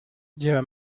lleva